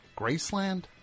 Graceland